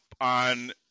on